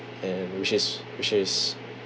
and which is which is